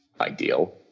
ideal